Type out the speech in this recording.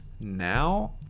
Now